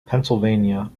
pennsylvania